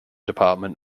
department